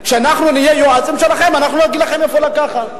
כשאנחנו נהיה יועצים שלכם אנחנו נגיד לכם מאיפה לקחת,